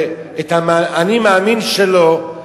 ואת ה"אני מאמין" שלו,